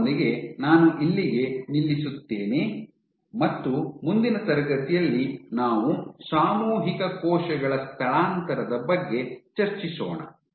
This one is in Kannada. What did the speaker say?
ಅದರೊಂದಿಗೆ ನಾನು ಇಲ್ಲಿಗೆ ನಿಲ್ಲಿಸುತ್ತೇನೆ ಮತ್ತು ಮುಂದಿನ ತರಗತಿಯಲ್ಲಿ ನಾವು ಸಾಮೂಹಿಕ ಕೋಶಗಳ ಸ್ಥಳಾಂತರದ ಬಗ್ಗೆ ಚರ್ಚಿಸೋಣ